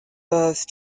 birth